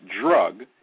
drug